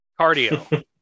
Cardio